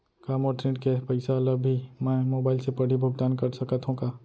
का मोर ऋण के पइसा ल भी मैं मोबाइल से पड़ही भुगतान कर सकत हो का?